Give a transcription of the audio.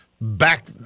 back